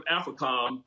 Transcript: AFRICOM